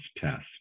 test